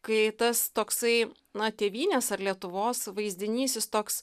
kai tas toksai na tėvynės ar lietuvos vaizdinys jis toks